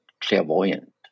clairvoyant